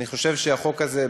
אני חושב שהחוק הזה,